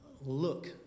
look